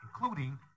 including